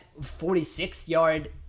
46-yard